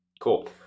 Cool